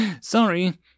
Sorry